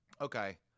Okay